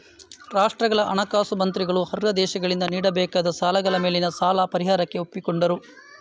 ರಾಷ್ಟ್ರಗಳ ಹಣಕಾಸು ಮಂತ್ರಿಗಳು ಅರ್ಹ ದೇಶಗಳಿಂದ ನೀಡಬೇಕಾದ ಸಾಲಗಳ ಮೇಲಿನ ಸಾಲ ಪರಿಹಾರಕ್ಕೆ ಒಪ್ಪಿಕೊಂಡರು